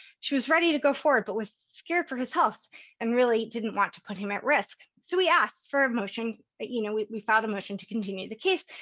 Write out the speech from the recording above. she was ready to go forward but was scared for his health and really didn't want to put him at risk. so we asked for a motion ah you know, we we filed a motion to continue the case.